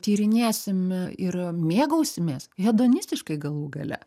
tyrinėsim ir mėgausimės hedonistiškai galų gale